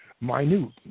minute